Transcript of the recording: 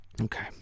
Okay